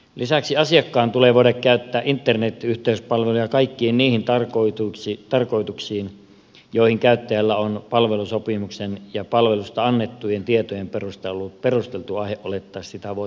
lisäksi asiakkaan tulee voida käyttää internet yhteyspalveluja kaikkiin niihin tarkoituksiin joihin käyttäjällä on palvelusopimuksen ja palvelusta annettujen tietojen perusteella ollut perusteltu aihe olettaa sitä voitavan käyttää